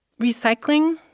Recycling